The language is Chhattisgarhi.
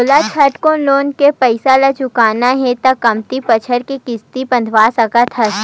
तोला झटकुन लोन के पइसा ल चुकाना हे त कमती बछर के किस्त बंधवा सकस हस